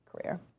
career